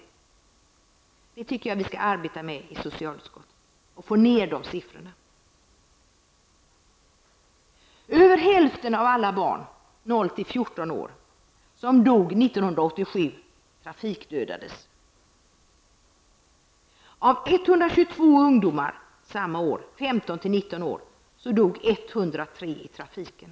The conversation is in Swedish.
Den frågan tycker jag att vi skall arbeta med i socialutskottet och försöka få ned dessa siffror. Över hälften av alla barn upp till ungdomar i åldern 15 till 19 år som dog samma år dödades 103 i trafiken.